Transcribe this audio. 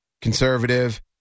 conservative